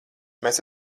mēs